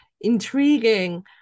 intriguing